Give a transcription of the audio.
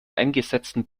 eingesetzten